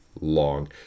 long